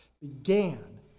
began